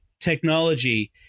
technology